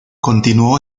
continuó